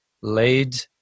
laid